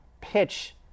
pitch